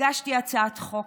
הגשתי הצעת חוק.